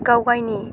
गावनि